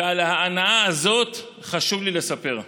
ועל ההנאה הזאת חשוב לי לספר.